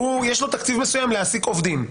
יש לו תקציב מסוים להעסיק עובדים.